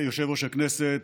אדוני סגן יושב-ראש הכנסת,